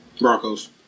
Broncos